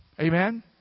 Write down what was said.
Amen